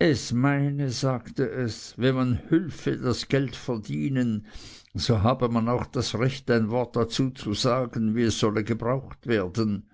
es meine sagte es wenn man hülfe das geld verdienen so habe man auch das recht ein wort dazu zu sagen wie es solle gebraucht werden